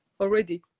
already